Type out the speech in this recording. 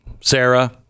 Sarah